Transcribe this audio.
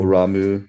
Ramu